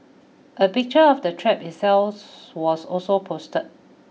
a picture of the trap itself was also posted